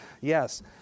Yes